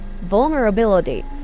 vulnerability